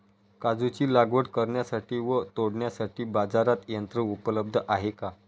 काजूची लागवड करण्यासाठी व तोडण्यासाठी बाजारात यंत्र उपलब्ध आहे का?